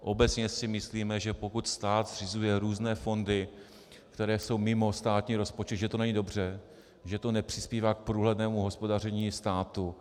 Obecně si myslíme, že pokud stát zřizuje různé fondy, které jsou mimo státní rozpočet, že to není dobře, že to nepřispívá k průhlednému hospodaření státu.